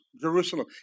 Jerusalem